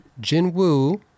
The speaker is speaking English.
Jinwoo